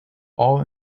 all